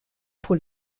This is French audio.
pour